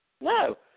no